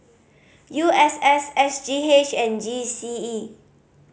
U S S S G H and G C E